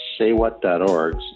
saywhat.org